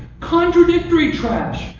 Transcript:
contradictory trash,